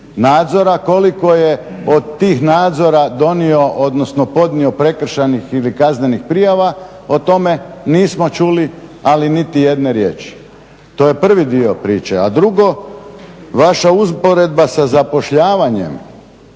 nadzora, koliko je od tih nadzora donio odnosno podnio prekršajnih ili kaznenih prijava. O tome nismo čuli, ali niti jedne riječi. To je prvi dio priče. A drugo, vaša usporedba sa zapošljavanjem